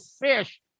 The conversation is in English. fish